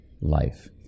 life